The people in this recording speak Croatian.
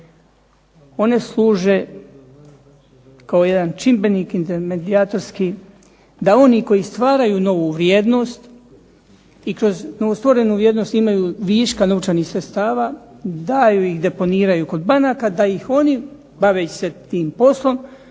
One služe kao jedan čimbenik intermedijatorski da oni koji stvaraju novu vrijednost i kroz novostvorenu vrijednost imaju viška novčanih sredstava daju ih, deponiraju kod banaka da ih oni, baveći se tim poslom,